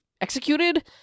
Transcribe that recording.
executed